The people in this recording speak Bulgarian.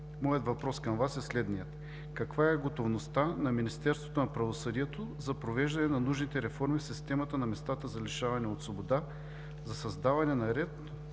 Моят въпрос към Вас е следният: каква е готовността на Министерството на правосъдието за провеждане на нужните реформи в системата на местата за лишаване от свобода за създаване на ред,